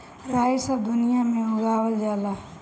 राई सब दुनिया में उगावल जाला